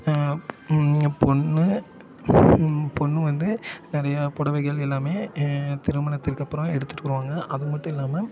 பொண்ணு பொண்ணு வந்து நிறைய புடவைகள் எல்லாமே திருமணத்திற்கு அப்புறம் எடுத்துகிட்டு வருவாங்க அது மட்டும் இல்லாமல்